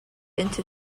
into